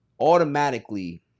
automatically